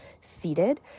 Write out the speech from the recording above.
seated